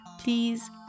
please